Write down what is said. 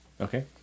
Okay